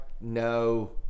no